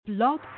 Blog